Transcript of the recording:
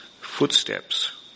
footsteps